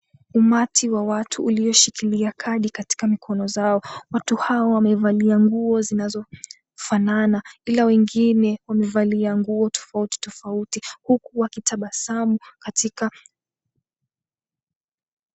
...umati wa watu walioshikilia kadi katika mikono zao. Watu hao wamevaa nguo zinazofanana ila wengine wamevaa nguo tofauti tofauti huku wakitabasamu katika...